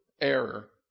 error